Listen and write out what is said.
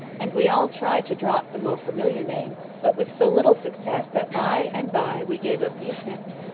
and we all tried to drop the more familiar name, but with so little success that by-and-by we gave up the attempt.